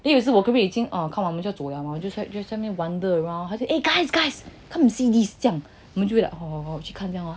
then 有一次我已经看完就走了 lor then 他就会在那边 wonder around eh guys guys come and see this maybe like